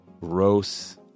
gross